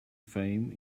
fame